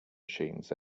machines